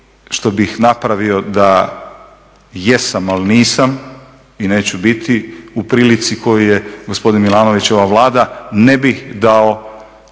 što bi napravio da jesam, ali nisam i neću biti u prilici koju je gospodin Milanović i ova Vlada, ne bih dao